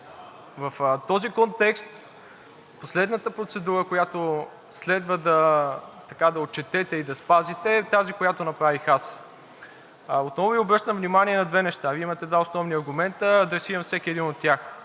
в този контекст последната процедура, която следва да отчетете и да спазите, е тази, която направих аз. Отново Ви обръщам внимание на две неща – Вие имате два основни аргумента и адресирам всеки един от тях.